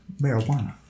marijuana